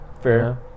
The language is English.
Fair